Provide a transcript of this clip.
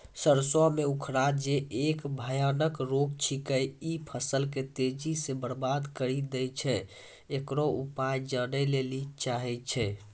सरसों मे उखरा जे एक भयानक रोग छिकै, इ फसल के तेजी से बर्बाद करि दैय छैय, इकरो उपाय जाने लेली चाहेय छैय?